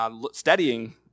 studying